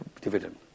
dividend